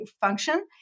function